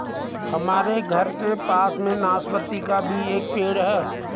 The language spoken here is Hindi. हमारे घर के पास में नाशपती का भी एक पेड़ है